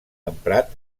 emprat